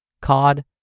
cod